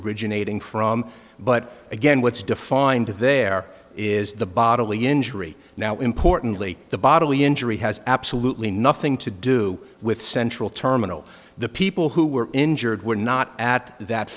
originating from but again what's defined there is the bodily injury now importantly the bodily injury has absolutely nothing to do with central terminal the people who were injured were not at that